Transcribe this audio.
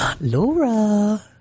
Laura